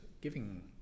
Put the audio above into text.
giving